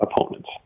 opponents